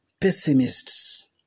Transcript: Pessimists